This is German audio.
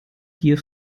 gier